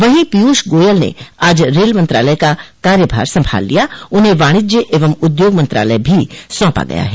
वहीं पीयूष गोयल ने आज रेल मंत्रालय का कार्यभार संभाल लिया उन्हें वाणिज्य एवं उद्योग मंत्रालय भी सौंपा गया है